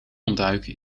ontduiken